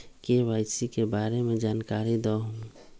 KYC के बारे में जानकारी दहु?